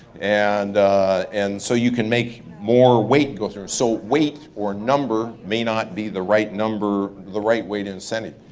and and so you can make more weight go through them so weight or number may not be the right number, the right way to incentive.